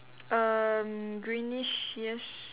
erm greenish yes